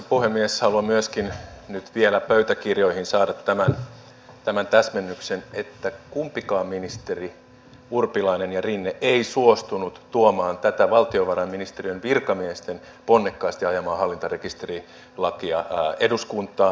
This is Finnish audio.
haluan myöskin nyt vielä pöytäkirjoihin saada tämän täsmennyksen että kumpikaan ministeri urpilainen tai rinne ei suostunut tuomaan tätä valtiovarainministeriön virkamiesten ponnekkaasti ajamaa hallintarekisterilakia eduskuntaan